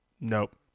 nope